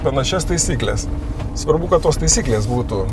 panašias taisykles svarbu kad tos taisyklės būtų